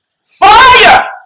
Fire